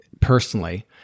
personally